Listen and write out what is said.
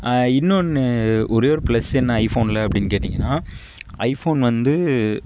இன்னொன்று ஒரே ஒரு ப்ளஸ் என்ன ஐபோனில் அப்படினு கேட்டிங்கனா ஐபோன் வந்து